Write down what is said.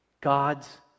God's